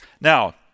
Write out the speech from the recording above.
Now